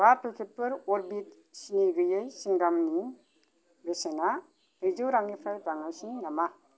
बा पेकेटफोर अर्बित सिनि गैयै स्विंगामनि बेसेना नैजौ रांनिफ्राय बाङायसिन नामा